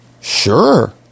sure